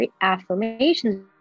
affirmations